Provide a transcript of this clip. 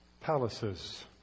palaces